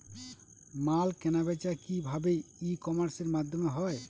মাল কেনাবেচা কি ভাবে ই কমার্সের মাধ্যমে হয়?